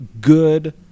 good